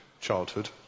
childhood